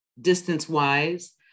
distance-wise